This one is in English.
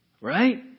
Right